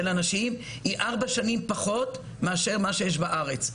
הנשים היא ארבע שנים פחות משל הנשים בארץ.